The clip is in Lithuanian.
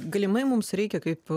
galimai mums reikia kaip